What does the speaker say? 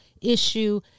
issue